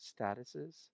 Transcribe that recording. statuses